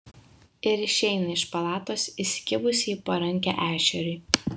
ir išeina iš palatos įsikibusi į parankę ešeriui